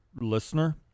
listener